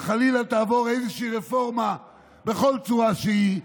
אם חלילה תעבור איזושהי רפורמה בכל צורה שהיא,